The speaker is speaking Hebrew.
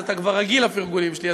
אז אתה כבר רגיל לפרגונים שלי,